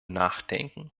nachdenken